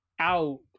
out